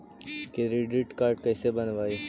Credit card कैसे बनवाई?